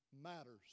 matters